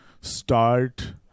start